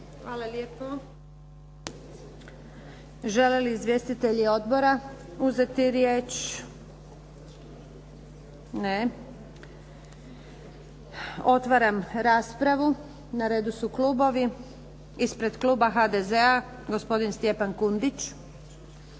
Hvala lijepo. Žele li izvjestitelji odbora uzeti riječ? Ne. Otvaram raspravu. Na redu su klubovi. Ispred kluba HDZ-a gospodin Stjepan Kundić.